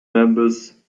members